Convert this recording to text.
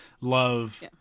love